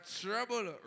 trouble